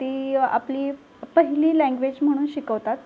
ती आपली पहिली लँग्वेज म्हणून शिकवतात